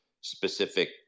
specific